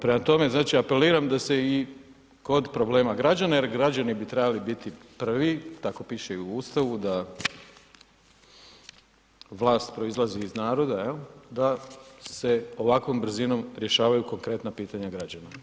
Prema tome znači apeliram da se i kod problema građana jer građani bi trebali biti prvi, tako piše i u Ustavu, da vlast proizlazi iz naroda jel, da se ovakvom brzinom rješavaju konkretna pitanja građana.